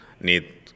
need